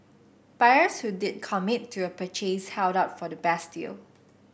buyers who did commit to a purchase held out for the best deal